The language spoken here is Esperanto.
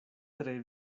tre